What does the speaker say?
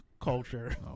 culture